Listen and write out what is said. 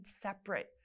separate